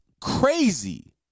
crazy